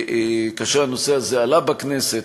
כאשר הנושא הזה עלה בכנסת,